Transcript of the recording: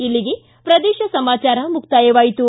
ಇಲ್ಲಿಗೆ ಪ್ರದೇಶ ಸಮಾಚಾರ ಮುಕ್ತಾಯವಾಯಿತು